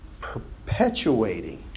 perpetuating